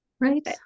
right